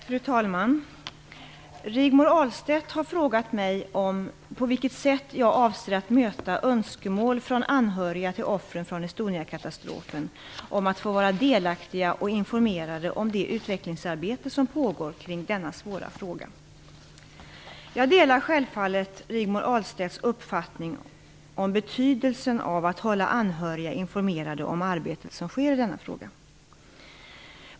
Fru talman! Rigmor Ahlstedt har frågat mig på vilket sätt jag avser att möta önskemål från anhöriga till offren från Estoniakatastrofen om att få vara delaktiga i och informerade om det utvecklingsarbete som pågår kring denna svåra fråga. Jag delar självfallet Rigmor Ahlstedts uppfattning om betydelsen av att hålla anhöriga informerade om det arbete som sker i denna fråga.